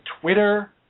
Twitter